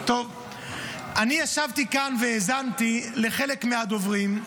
אני ישבתי כאן והאזנתי לחלק מהדוברים.